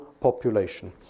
population